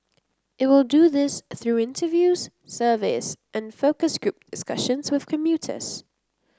it will do this through interviews surveys and focus group discussions with commuters